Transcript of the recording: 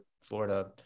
Florida